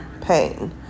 pain